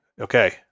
Okay